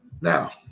Now